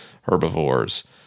herbivores